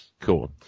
Cool